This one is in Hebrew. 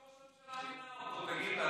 אז איך זה שראש הממשלה מינה אותו, תגיד?